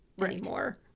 anymore